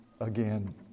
again